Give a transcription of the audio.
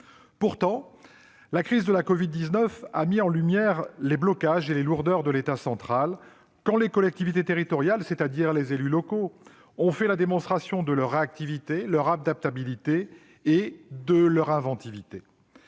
Pourtant, la crise liée à l'épidémie de Covid-19 a mis en lumière les blocages et les lourdeurs de l'État central, quand les collectivités territoriales, c'est-à-dire les élus locaux, ont fait la démonstration de leur réactivité, leur adaptabilité et leur inventivité.